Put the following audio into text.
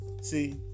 See